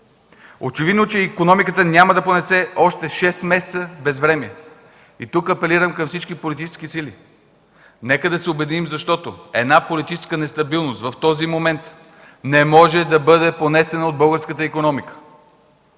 Очевидно е, че икономиката няма да понесе още 6 месеца безвремие. Тук апелирам към всички политически сили – нека да се обединим, защото една политическа нестабилност в този момент не може да бъде понесена от българската икономика.